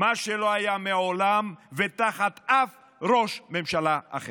מה שלא היה מעולם ותחת אף ראש ממשלה אחר.